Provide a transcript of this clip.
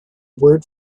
word